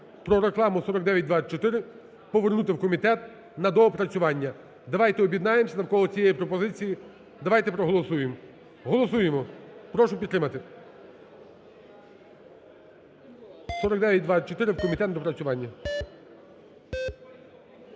"Про рекламу" 4924 повернути в комітет на доопрацювання. Давайте об'єднаємось навколо цієї пропозиції, давайте проголосуємо, голосуємо, прошу підтримати 4924 в комітет на доопрацювання.